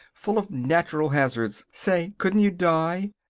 full of natural hazards. say, couldn't you die!